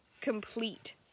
complete